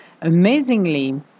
Amazingly